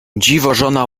dziwożona